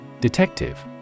Detective